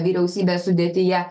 vyriausybės sudėtyje